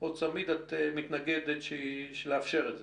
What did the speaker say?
או צמיד, את מתנגדת לאפשר את זה.